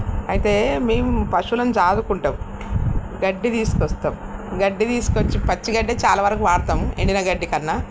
అయితే మేము పశువులను చాదుకుంటాం గడ్డి తీసుకొస్తాం గడ్డి తీసుకొచ్చి పచ్చి గడ్డే చాలా వరకు వాడుతాము ఎండిన గడ్డి కన్నా